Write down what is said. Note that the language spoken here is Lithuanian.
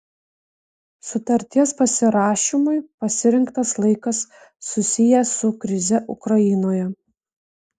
sutarties pasirašymui pasirinktas laikas susijęs su krize ukrainoje